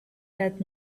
that